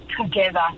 together